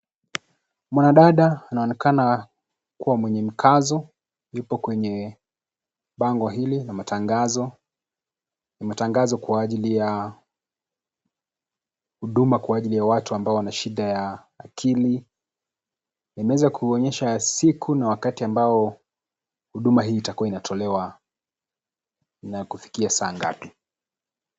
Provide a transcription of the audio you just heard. Mwanadada anaonekana kuwa mwenye mkazo yupo kwenye bango hili la matangazo ,imetangazwa Kwa ajili ya huduma Kwa ajili ya watu ambao wako na shida ya akili. Imeweza kuonyesha siku na wakati ambao huduma hii itakuwa itatolewa na kufikia saa gapi.